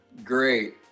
Great